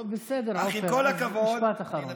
טוב, בסדר, עופר, משפט אחרון.